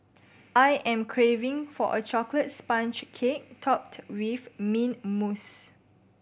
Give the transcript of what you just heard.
I am craving for a chocolate sponge cake topped with mint mousse